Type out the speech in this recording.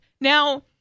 Now